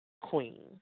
queen